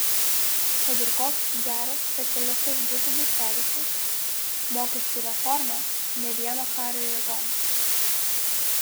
kad ir koks geras specialistas būtų butkevičius mokesčių reforma ne vieno kario jėgoms